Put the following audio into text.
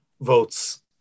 votes